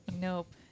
Nope